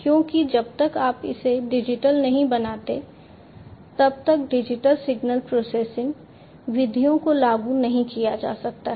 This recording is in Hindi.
क्योंकि जब तक आप इसे डिजिटल नहीं बनाते तब तक डिजिटल सिग्नल प्रोसेसिंग विधियों को लागू नहीं किया जा सकता है